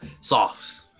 soft